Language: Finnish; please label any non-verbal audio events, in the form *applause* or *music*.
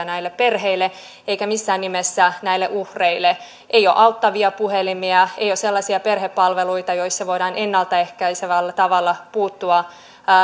*unintelligible* näille perheille eikä missään nimessä näille uhreille ei ole auttavia puhelimia ei ole sellaisia perhepalveluita joissa voidaan ennalta ehkäisevällä tavalla puuttua